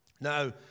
Now